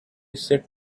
set